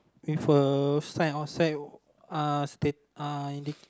with a sign outside uh state uh indicate